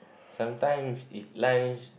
sometimes if lunch